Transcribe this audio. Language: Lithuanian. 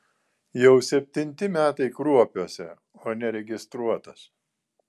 jau septinti metai kruopiuose o neregistruotas